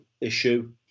issue